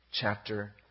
chapter